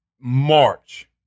March